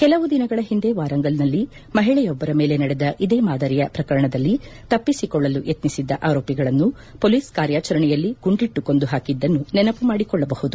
ಕೆಲವು ದಿನಗಳ ಹಿಂದೆ ವಾರಂಗಲ್ನಲ್ಲಿ ಮಹಿಳೆಯೊಬ್ಬರ ಮೇಲೆ ನಡೆದ ಇದೇ ಮಾದರಿಯ ಪ್ರಕರಣದಲ್ಲಿ ತಪ್ಪಿಸಿಕೊಳ್ಳಲು ಯತ್ನಿಸಿದ್ದ ಆರೋಪಿಗಳನ್ನು ಪೊಲೀಸ್ ಕಾರ್ಯಾಚರಣೆಯಲ್ಲಿ ಗುಂಡಿಟ್ಟು ಕೊಂದು ಹಾಕಿದ್ದನ್ನು ನೆನಪು ಮಾಡಿಕೊಳ್ಳಬಹುದು